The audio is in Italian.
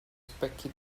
specchi